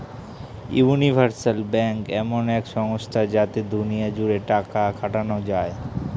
universal bank এমন এক সংস্থা যাতে দুনিয়া জুড়ে টাকা খাটানো যায়